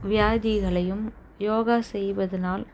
வியாதிகளையும் யோகா செய்வதனால்